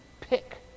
pick